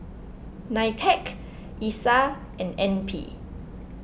Nitec Isa and N P